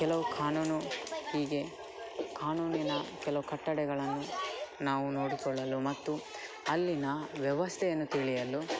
ಕೆಲವು ಕಾನೂನು ಹೀಗೆ ಕಾನೂನಿನ ಕೆಲವು ಕಟ್ಟಳೆಗಳನ್ನು ನಾವು ನೋಡಿಕೊಳ್ಳಲು ಮತ್ತು ಅಲ್ಲಿಯ ವ್ಯವಸ್ಥೆಯನ್ನು ತಿಳಿಯಲು